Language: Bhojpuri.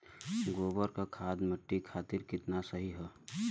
गोबर क खाद्य मट्टी खातिन कितना सही ह?